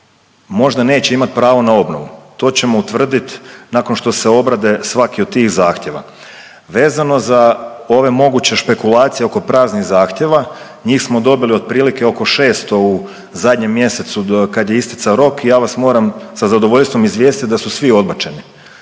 možda neće imat pravo na obnovu, to ćemo utvrdit nakon što se obrade svaki od tih zahtjeva. Vezano za ove moguće špekulacije oko praznih zahtjeva, njih smo dobili otprilike oko 600 u zadnjem mjesecu kad je isticao rok i ja vas moram sa zadovoljstvom izvijestit da su svi odbačeni.